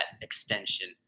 extension